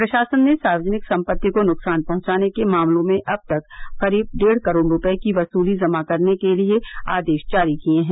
प्रशासन ने सार्वजनिक संपत्ति को नुकसान पहुंचाने के मामलों में अब तक करीब डेढ़ करोड़ रुपये की वसूली जमा कराने के लिए आदेश जारी किए हैं